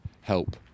help